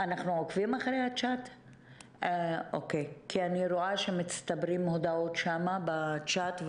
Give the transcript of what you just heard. ב- zoomשמצטברות הודעות בצ'ט,